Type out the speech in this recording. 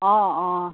অঁ অঁ